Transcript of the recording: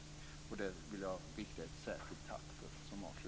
Det vill jag rikta ett särskilt tack för.